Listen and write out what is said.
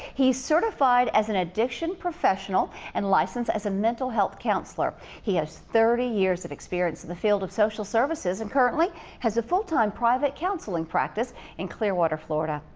he's certified as an addiction professional and licensed as a mental health counselor. he has thirty years of experience in the field of social services, and currently has a full-time private counseling practice in clearwater, florida.